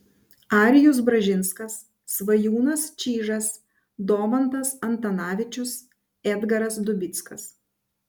arijus bražinskas svajūnas čyžas domantas antanavičius edgaras dubickas